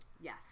Yes